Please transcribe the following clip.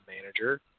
manager